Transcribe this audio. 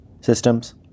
systems